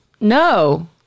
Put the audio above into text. No